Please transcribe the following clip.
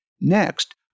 Next